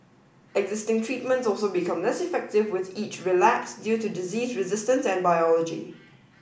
existing treatments also become less effective with each relapse due to disease resistance and biology